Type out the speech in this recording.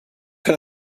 kind